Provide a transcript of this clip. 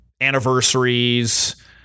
anniversaries